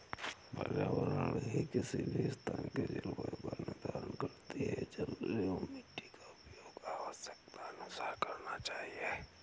पर्यावरण ही किसी भी स्थान के जलवायु का निर्धारण करती हैं जल एंव मिट्टी का उपयोग आवश्यकतानुसार करना चाहिए